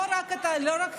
לא רק חילונים,